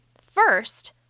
First